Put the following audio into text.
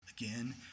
Again